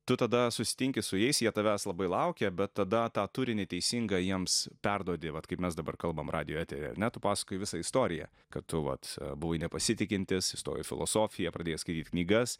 tu tada susitinki su jais jie tavęs labai laukia bet tada tą turi teisingą jiems perduodi vat kaip mes dabar kalbam radijo etery ar ne tu pasakoji visą istoriją kad tu vat buvai nepasitikintis įstojai į filosofiją pradėjai skaityt knygas